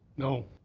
no.